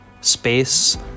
space